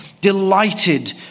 delighted